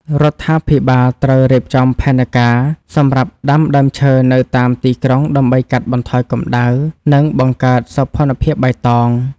រដ្ឋាភិបាលត្រូវរៀបចំផែនការសម្រាប់ដាំដើមឈើនៅតាមទីក្រុងដើម្បីកាត់បន្ថយកម្តៅ និងបង្កើតសោភ័ណភាពបៃតង។